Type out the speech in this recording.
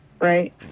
right